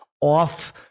off